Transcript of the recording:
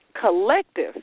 Collective